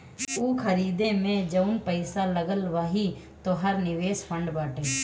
ऊ खरीदे मे जउन पैसा लगल वही तोहर निवेश फ़ंड बाटे